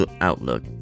outlook